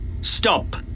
Stop